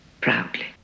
Proudly